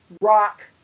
Rock